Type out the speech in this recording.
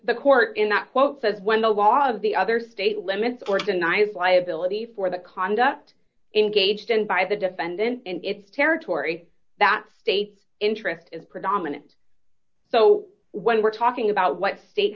the court in that quote says when the law of the other state limits or denies liability for the conduct engaged in by the defendant and its territory that state's interest is predominant so when we're talking about what state